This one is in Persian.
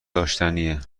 داشتنیه